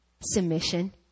Submission